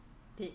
dead